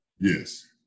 Yes